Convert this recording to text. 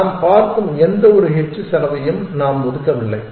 நாம் பார்க்கும் எந்தவொரு h செலவையும் நாம் ஒதுக்கவில்லை